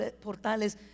portales